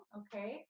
okay